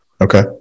Okay